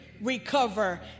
recover